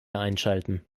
einschalten